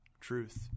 truth